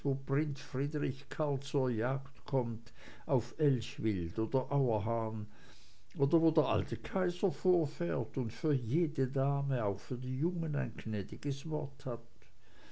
prinz friedrich karl zur jagd kommt auf elchwild oder auerhahn oder wo der alte kaiser vorfährt und für jede dame auch für die jungen ein gnädiges wort hat